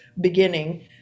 beginning